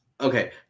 Okay